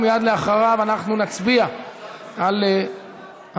ומייד לאחר מכן אנחנו נצביע על ההמלצה.